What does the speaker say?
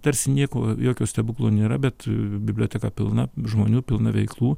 tarsi nieko jokio stebuklo nėra bet biblioteka pilna žmonių pilna veiklų